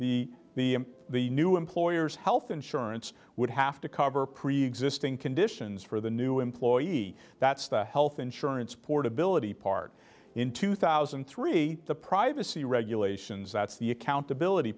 the the the new employer's health insurance would have to cover preexisting conditions for the new employees that's the health insurance portability part in two thousand and three the privacy regulations that's the accountability